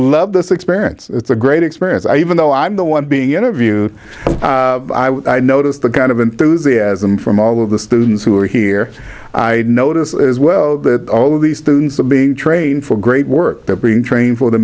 love this experience it's a great experience i even though i'm the one being interviewed i notice the kind of enthusiasm from all of the students who are here i notice as well that oh these students are being trained for great work they've been trained for the